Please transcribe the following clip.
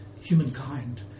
humankind